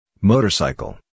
Motorcycle